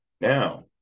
Now